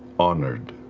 honored